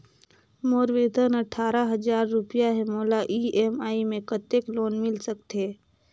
मोर वेतन अट्ठारह हजार रुपिया हे मोला ई.एम.आई मे कतेक लोन मिल सकथे?